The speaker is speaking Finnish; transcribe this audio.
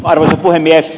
arvoisa puhemies